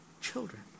children